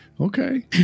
okay